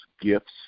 gifts